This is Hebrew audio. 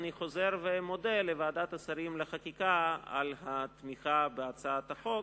אני חוזר ומודה לוועדת השרים לחקיקה על התמיכה בהצעת החוק,